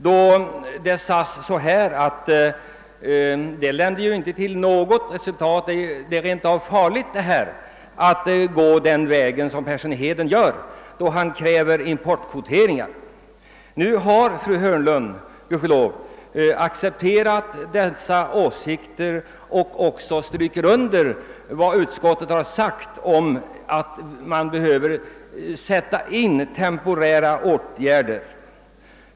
Då sades det att det inte leder till något resultat utan att det rent av vore farligt att gå den väg jag anvisar då jag kräver importkvoteringar. Nu har fru Hörnlund gudskelov accepterat mina åsikter och stryker också under vad utskottet har sagt att man behöver sätta in temporära åtgärder.